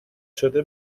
شده